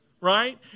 right